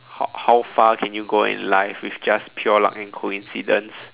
how how far can you go in life with just pure luck and coincidence